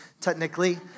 technically